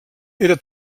era